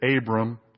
Abram